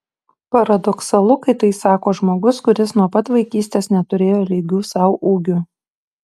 paradoksalu kad tai sako žmogus kuris nuo pat vaikystės neturėjo lygių sau ūgiu